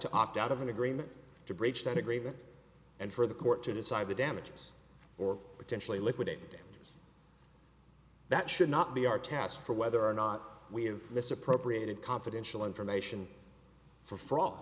to opt out of an agreement to bridge that agreement and for the court to decide the damages or potentially liquidated damages that should not be our task for whether or not we have misappropriated confidential information for fraud